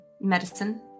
medicine